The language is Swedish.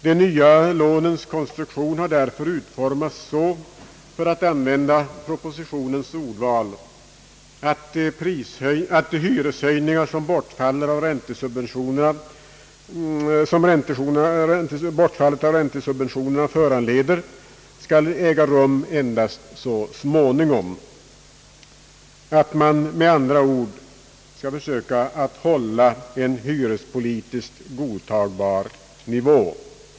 De nya lånens konstruktion har därför utformats så — för att använda propositionens ordval — att de hyreshöjningar som bortfallet av räntesubventionerna föranleder skall äga rum endast så småningom; att man med andra ord skall försöka att hålla en hyrespolitiskt godtagbar nivå.